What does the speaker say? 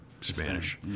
Spanish